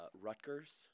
Rutgers